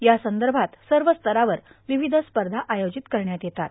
या संदर्भात सर्व स्तरावर विविध स्पर्धा आयोजित करण्यात येतात